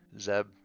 zeb